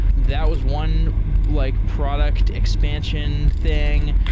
that was one like product expansion thing,